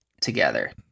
together